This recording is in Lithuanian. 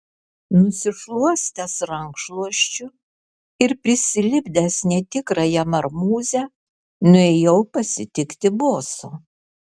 nusišluostęs rankšluosčiu ir prisilipdęs netikrąją marmūzę nuėjau pasitikti boso